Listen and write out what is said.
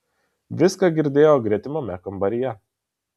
viską girdėjo gretimame kambaryje